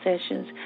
sessions